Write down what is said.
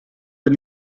del